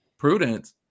Prudence